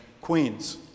Queens